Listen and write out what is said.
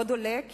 עוד עולה מהסקר,